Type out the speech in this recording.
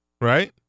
Right